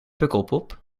pukkelpop